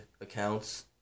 accounts